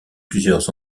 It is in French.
plusieurs